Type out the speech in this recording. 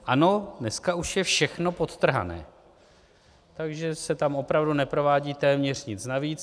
Ano, dneska už je všechno podtrhané, takže se tam opravdu neprovádí téměř nic navíc.